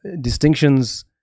Distinctions